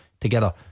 Together